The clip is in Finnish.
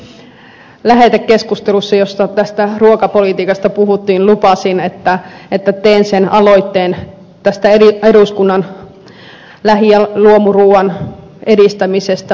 viime lähetekeskustelussa jossa tästä ruokapolitiikasta puhuttiin lupasin että teen aloitteen eduskunnan lähi ja luomuruuan edistämisestä